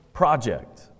project